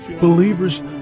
Believers